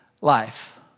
life